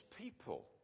people